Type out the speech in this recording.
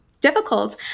difficult